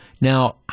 Now